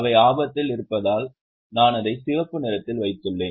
அவை ஆபத்தில் இருப்பதால் நான் அதை சிவப்பு நிறத்தில் வைத்துள்ளேன்